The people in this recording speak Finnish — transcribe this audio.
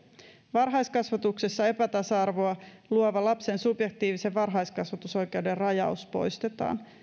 varhaiskasvatuksessa epätasa arvoa luova lapsen subjektiivisen varhaiskasvatusoikeuden rajaus poistetaan